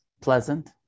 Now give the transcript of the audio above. pleasant